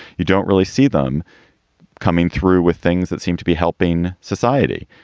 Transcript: you don't really see them coming through with things that seem to be helping society.